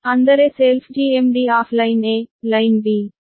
ಅಂದರೆ self GMD ನನ್ನ ಪ್ರಕಾರ ಇದು ಲೈನ್ a ಗಾಗಿ ಇದು ಲೈನ್ ಬಿ ಗಾಗಿ